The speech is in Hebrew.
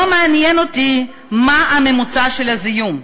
לא מעניין אותי מה הממוצע של הזיהום,